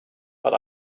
but